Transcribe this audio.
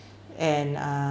and uh